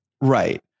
Right